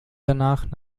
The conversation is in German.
danach